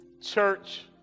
church